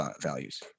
values